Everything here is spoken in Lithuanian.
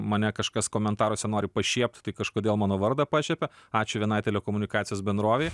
mane kažkas komentaruose nori pašiept tai kažkodėl mano vardą pašiepia ačiū vienai telekomunikacijos bendrovei